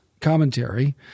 Commentary